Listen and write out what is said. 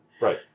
Right